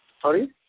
Sorry